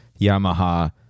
Yamaha